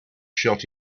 shot